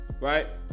right